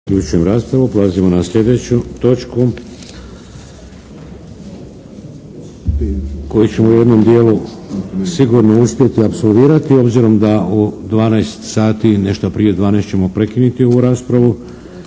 Vladimir (HDZ)** Prelazimo na sljedeću točku koju ćemo u jednom dijelu sigurno uspjeti apsolvirati obzirom da u 12 sati, nešto prije 12 ćemo prekinuti ovu raspravu